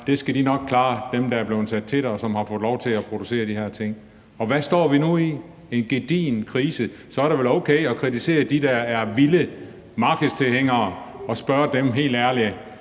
det skal dem, der er blevet sat til det, og som har fået lov til at producere de her ting, nok klare. Hvad står vi nu i? En gedigen krise. Så er det vel okay at kritisere dem, der er vilde markedstilhængere, og spørge dem, om de helt ærligt